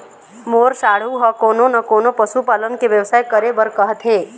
मोर साढ़ू ह कोनो न कोनो पशु पालन के बेवसाय करे बर कहत हे